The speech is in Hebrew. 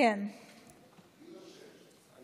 גברתי היושבת-ראש,